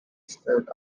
straight